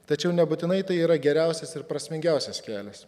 tačiau nebūtinai tai yra geriausias ir prasmingiausias kelias